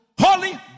Holy